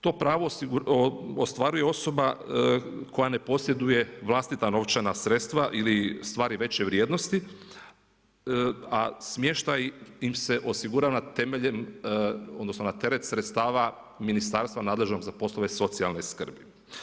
To pravo ostvaruje osoba koja ne posjeduje vlastita novčana sredstva ili stvari veće vrijednosti, a smještaj im se osigurava temeljem, odnosno, na teret sredstva ministarstva nadležnog za poslove socijalne skrbi.